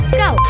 go